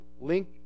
link